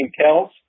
Kells